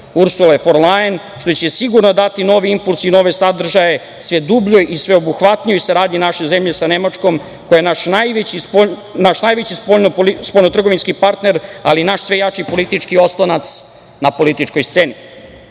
Ursule fon Lajen, što će sigurno dati novi impuls i nove sadržaje sve dubljoj i sveobuhvatnijoj saradnji naše zemlje sa Nemačkom koja je naš najveći spoljnotrgovinski partner, ali i naš sve jači politički oslonac na političkoj sceni. Cilj